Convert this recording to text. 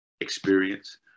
experience